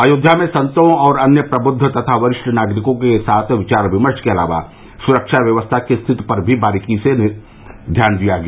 अयोध्या में संतों और अन्य प्रबुद्व तथा वरिष्ठ नागरिकों के साथ विचार विमर्श के अलावा सुरक्षा व्यवस्था की स्थिति का भी बारीकी से निरीक्षण किया गया